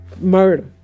murder